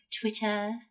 Twitter